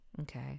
Okay